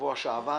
בשבוע שעבר,